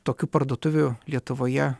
tokių parduotuvių lietuvoje